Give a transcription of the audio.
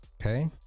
okay